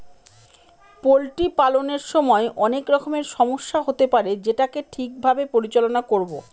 poultry পালনের সময় অনেক রকমের সমস্যা হতে পারে যেটাকে ঠিক ভাবে পরিচালনা করবো